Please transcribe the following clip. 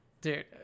dude